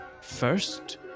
first